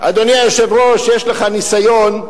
אדוני היושב-ראש, יש לך ניסיון.